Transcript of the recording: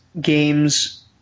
game's